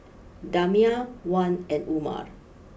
Damia Wan and Umar